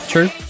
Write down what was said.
True